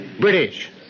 British